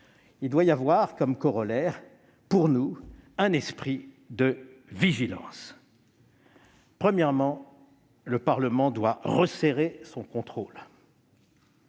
-, doit avoir pour corollaire un esprit de vigilance. Premièrement, le Parlement doit resserrer son contrôle.